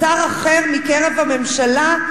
או שר אחר מקרב הממשלה,